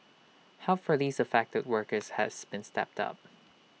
help for these affected workers has been stepped up